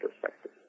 perspective